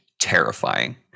terrifying